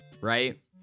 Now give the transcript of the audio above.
right